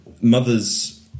mothers